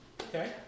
Okay